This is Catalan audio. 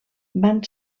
van